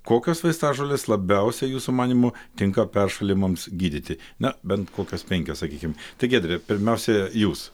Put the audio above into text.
kokios vaistažolės labiausiai jūsų manymu tinka peršalimams gydyti na bent kokias penkias sakykim tai giedre pirmiausia jūs